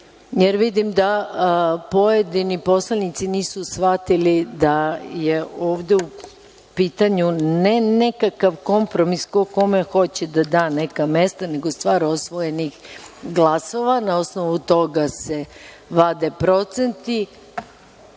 jer vidim da pojedini poslanici nisu shvatili da je ovde u pitanju ne nekakav kompromis, ko kome hoće da da neka mesta, nego stvar osvojenih glasova, na osnovu toga se vade procenti